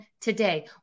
today